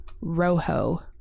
rojo